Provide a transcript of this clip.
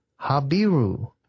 Habiru